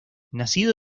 nacido